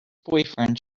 boyfriend